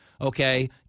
Okay